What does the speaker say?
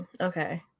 okay